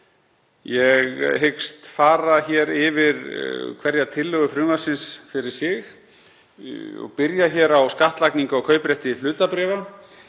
Ég hyggst fara yfir hverja tillögu frumvarpsins fyrir sig og byrja á skattlagningu á kauprétti hlutabréfa.